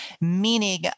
meaning